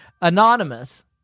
Anonymous